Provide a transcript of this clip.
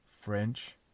French